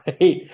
right